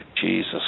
Jesus